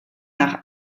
nach